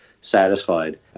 satisfied